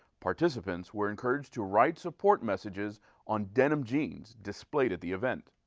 participants were encouraged to write support messages on denim jeans displayed at the event.